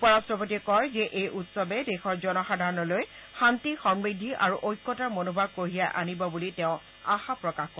উপ ৰাট্টপতিয়ে কয় যে এই উৎসৱে দেশৰ জনসাধাৰণলৈ শান্তি সমৃদ্ধি আৰু ঐক্যতাৰ মনোভাৱ কঢ়িয়াই আনিব বুলি আশা প্ৰকাশ কৰে